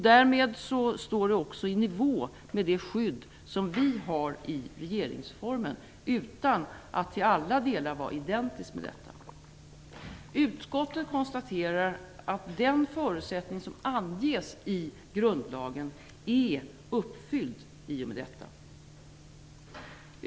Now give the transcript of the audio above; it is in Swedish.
Därmed står det också i nivå med det skydd som vi har i regeringsformen utan att till alla delar vara identiskt med detta. Utskottet konstaterar att den förutsättning som anges i grundlagen är uppfylld i och med detta.